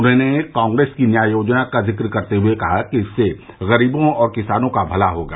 उन्होंने कांग्रेस की न्याय योजना का जिक करते हुए कहा कि इससे गरीबों और किसानों का भला होगा